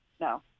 No